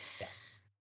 Yes